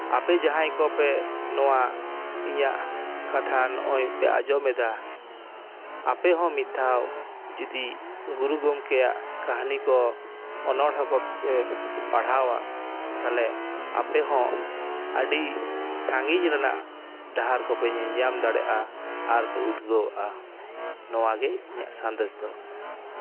ᱟᱯᱮ ᱡᱟᱦᱟᱸᱭ ᱠᱚᱯᱮ ᱱᱚᱣᱟ ᱤᱧᱟᱹᱜ ᱠᱟᱛᱷᱟ ᱱᱚᱜᱼᱚᱭ ᱯᱮ ᱟᱸᱡᱚᱢᱮᱫᱟ ᱟᱯᱮ ᱦᱚᱸ ᱢᱤᱫ ᱫᱷᱟᱣ ᱡᱩᱫᱤ ᱜᱩᱨᱩ ᱜᱚᱢᱠᱮᱭᱟᱜ ᱠᱟᱹᱦᱱᱤ ᱠᱚ ᱚᱱᱚᱲᱦᱮᱸ ᱠᱚᱯᱮ ᱯᱟᱲᱦᱟᱣᱟ ᱛᱟᱦᱞᱮ ᱟᱯᱮ ᱦᱚᱸ ᱟᱹᱰᱤ ᱥᱟᱺᱜᱤᱧ ᱨᱮᱱᱟᱜ ᱰᱟᱦᱟᱨ ᱠᱚᱯᱮ ᱧᱮᱧᱟᱢ ᱫᱟᱲᱮᱜᱼᱟ ᱟᱨᱯᱮ ᱩᱫᱽᱜᱟᱹᱣᱚᱜᱼᱟ ᱱᱚᱣᱟᱜᱮ ᱤᱧᱟᱹᱜ ᱥᱟᱸᱫᱮᱥ ᱫᱚ